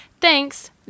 Thanks